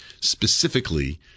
specifically